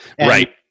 Right